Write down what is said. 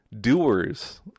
doers